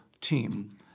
team